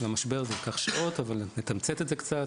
המשבר - זה ייקח שעות אבל נתמצת את זה קצת.